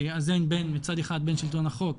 שיאזן בין מצד אחד בין שלטון החוק,